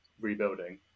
rebuilding